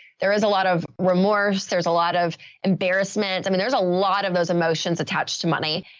there is a lot of remorse. there's a lot of embarrassment. i mean, there's a lot of those emotions attached to money.